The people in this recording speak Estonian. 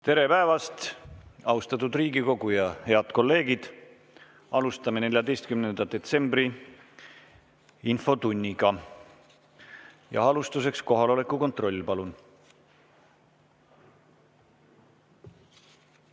Tere päevast, austatud Riigikogu! Head kolleegid! Alustame 14. detsembri infotundi. Alustuseks kohaloleku kontroll, palun!